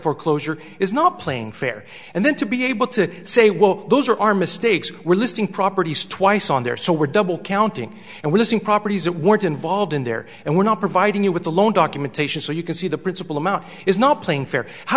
foreclosure is not playing fair and then to be able to say well those are our mistakes we're listing properties twice on there so we're double counting and listing properties that weren't involved in there and we're not providing you with the loan documentation so you can see the principal amount is not playing fair how